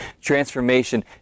Transformation